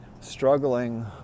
struggling